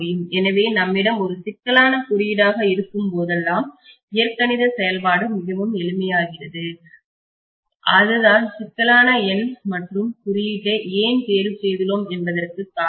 எனவே நம்மிடம் ஒரு சிக்கலான குறியீடாக இருக்கும் போதெல்லாம் இயற்கணித செயல்பாடு மிகவும் எளிமையாகிறது அதுதான் சிக்கலான எண் மற்றும் குறியீட்டை ஏன் தேர்வு செய்துள்ளோம் என்பதற்கு காரணம்